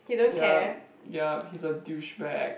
yup yup he's a douchebag